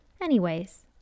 Anyways